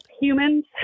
humans